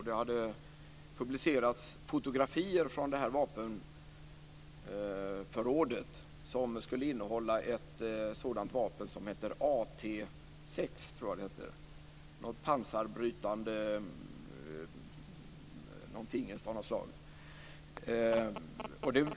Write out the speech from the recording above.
Det hade publicerats fotografier från detta vapenförråd, som skulle innehålla ett vapen som jag tror heter AT6 - en pansarbrytande tingest av något slag.